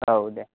औ दे